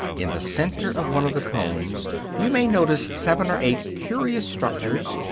in the center of one of the combs you may notice seven or eight curious structures,